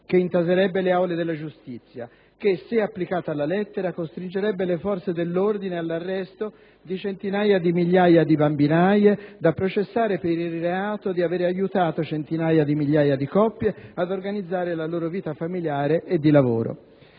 che intaserebbe le aule della giustizia; che, se applicata alla lettera, costringerebbe le forze dell'ordine all'arresto di centinaia di migliaia di bambinaie da processare per il reato di avere aiutato centinaia di migliaia di coppie ad organizzare la loro vita familiare e di lavoro;